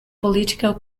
political